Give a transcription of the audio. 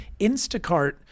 Instacart